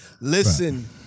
Listen